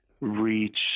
reach